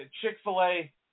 Chick-fil-A